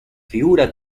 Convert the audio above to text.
figura